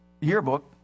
yearbook